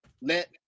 let